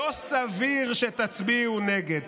לא סביר שתצביעו נגד.